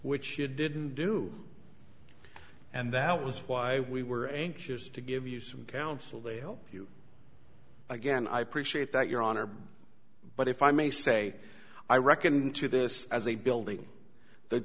which it didn't do and that was why we were anxious to give you some counsel they help you again i appreciate that your honor but if i may say i reckon to this as a building the